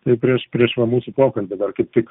tai prieš prieš va mūsų pokalbį dar kaip tik